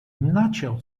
начал